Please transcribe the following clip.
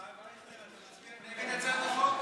הרב אייכלר, אז תצביע נגד הצעת החוק?